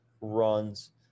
runs